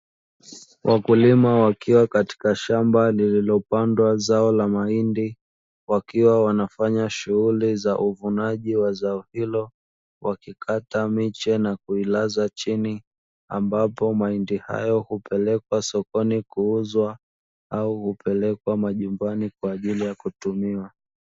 Wakulima wakiwa katika shamba lilipandwa zao la mahindi, wakiwa wanafanya shughuli za uvunaji wa zao hilo wakikata miche na kuilaza chini ambapo mahindi hayo hupelekwa sokoni kuuzwa au hupelewa majumbani kwa ajili ya kutumiwa.